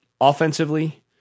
Offensively